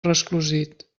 resclosit